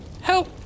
Help